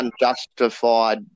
unjustified